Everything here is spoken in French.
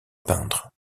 peindre